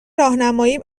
راهنماییم